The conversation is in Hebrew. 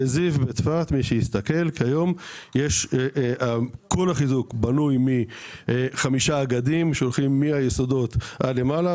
בזיו בצפת כל החיזוק בנוי מחמישה אגדים שהולכים מהיסודות עד למעלה,